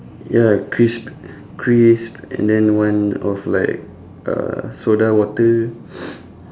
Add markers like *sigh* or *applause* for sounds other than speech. ya crisp crisp and then one of like uh soda water *noise*